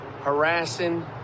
harassing